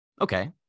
Okay